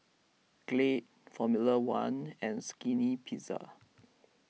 Glade formula one and Skinny Pizza